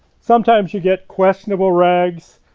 sometimes you get questionable rags,